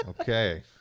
okay